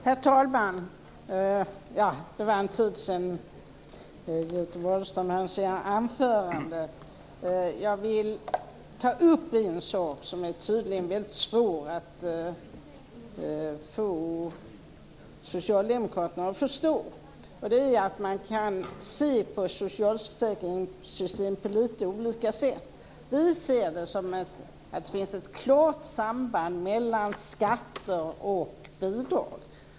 Herr talman! Jag vill ta upp en sak som det tydligen är väldigt svårt att få socialdemokraterna att förstå. Man kan se på socialförsäkringssystemen på lite olika sätt. Vi ser att det finns ett klart samband mellan skatter och bidrag.